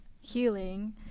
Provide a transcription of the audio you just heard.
healing